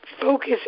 focus